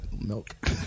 milk